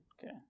Okay